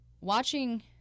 watching